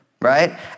Right